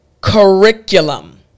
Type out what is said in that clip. curriculum